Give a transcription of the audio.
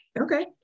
Okay